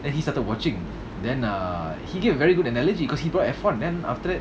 then he started watching then err he did a very good analogy because he brought F one then after that